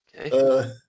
Okay